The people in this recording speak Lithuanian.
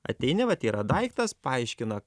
ateini vat yra daiktas paaiškina